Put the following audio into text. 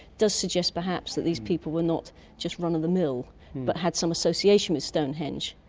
does suggest perhaps that these people were not just run-of-the-mill but had some association with stonehenge.